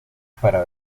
para